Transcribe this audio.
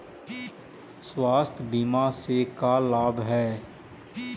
स्वास्थ्य बीमा से का लाभ है?